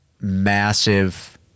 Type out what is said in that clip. massive